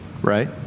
right